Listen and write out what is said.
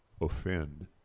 offend